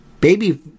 baby